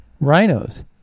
rhinos